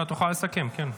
משפט.